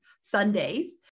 Sundays